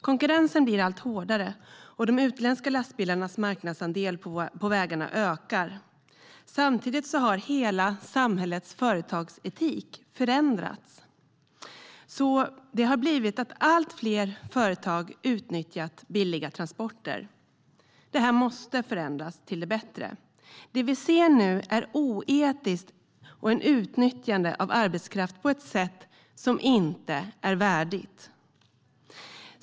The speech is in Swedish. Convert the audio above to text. Konkurrensen blir allt hårdare, och de utländska lastbilarnas marknadsandel på vägarna ökar. Samtidigt har hela samhällets företagsetik förändrats, och allt fler företag utnyttjar billiga transporter. Detta måste förändras till det bättre. Det som vi nu ser är oetiskt och ett utnyttjande av arbetskraft på ett sätt som inte är värdigt.